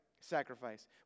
sacrifice